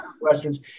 Westerns